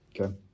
Okay